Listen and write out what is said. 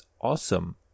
awesome